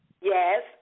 Yes